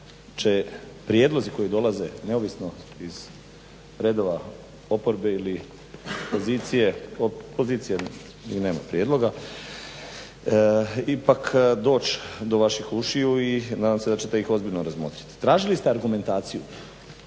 će prijedlozi koji dolaze neovisno iz redova oporbe ili pozicije, opozicije, nema prijedloga ipak doć do vaših ušiju i nadam se da ćete ih ozbiljno razmotriti. Tražili ste argumentaciju